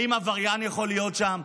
האם עבריין יכול להיות שם?